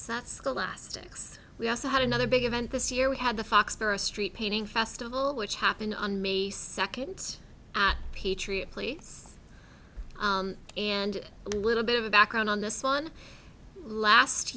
so that's the last ix we also had another big event this year we had the fox for a street painting festival which happened on may second at patriot place and a little bit of background on this one last